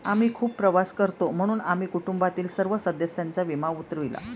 आम्ही खूप प्रवास करतो म्हणून आम्ही कुटुंबातील सर्व सदस्यांचा विमा उतरविला